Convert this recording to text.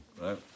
Right